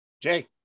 jay